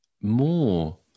more